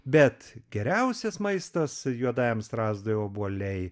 bet geriausias maistas juodajam strazdui obuoliai